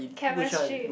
chemistry